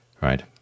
right